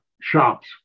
shops